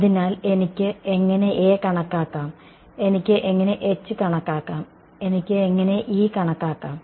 അതിനാൽ എനിക്ക് എങ്ങനെ A കണക്കാക്കാം എനിക്ക് എങ്ങനെ H കണക്കാക്കാം എനിക്ക് എങ്ങനെ E കണക്കാക്കാം